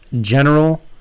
general